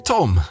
Tom